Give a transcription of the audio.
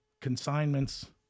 consignments